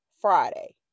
Friday